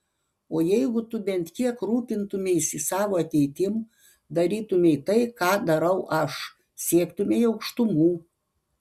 o jeigu tu bent kiek rūpintumeisi savo ateitim darytumei tai ką darau aš siektumei aukštumų